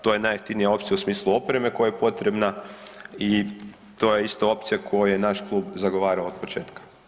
To je najjeftinija opcija u smislu opreme koja je potrebna i to je isto opcija koju je naš klub zagovarao od početka.